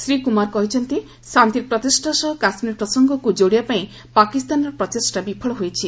ଶ୍ରୀ କୁମାର କହିଛନ୍ତି ଶାନ୍ତି ପ୍ରତିଷ୍ଠା ସହ କାଶ୍ମୀର ପ୍ରସଙ୍ଗକୁ ଯୋଡ଼ିବା ପାଇଁ ପାକିସ୍ତାନର ପ୍ରଚେଷ୍ଟା ବିଫଳ ହୋଇଛି